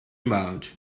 about